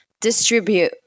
distribute